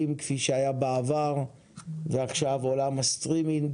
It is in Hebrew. כפי שהיה בעבר ועכשיו עולם הסטרימינג